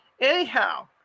anyhow